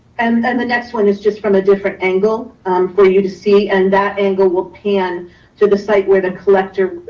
and then the next one is just from a different angle for you to see. and that angle will pan to so the site where the collector,